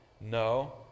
No